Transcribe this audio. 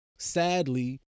Sadly